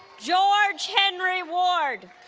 george henry ward